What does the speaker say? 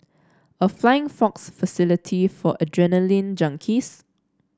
a flying fox facility for adrenaline junkies